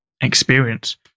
experience